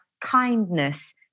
kindness